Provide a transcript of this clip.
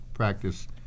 practice